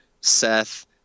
Seth